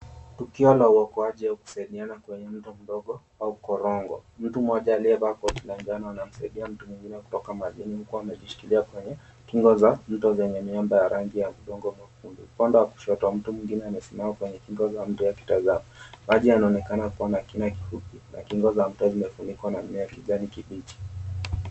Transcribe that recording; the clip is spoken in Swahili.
Tukio la uokoaji au kusaidiana kwenye mto mdogo au korango. Mtu mmoja aliyevaa koti la njano anamsaidia mwingine kutoka majini huku amejishikilia kwenye kingo za mto zenye miamba za rangi ya udongo . Upande wa kushoto mtu mwingine amesimama kwenye kingo akitazama. Maji yanaonekana kuwa na kina kifupi na kingo za mto imefunikwa na mimea ya kijani kibichi.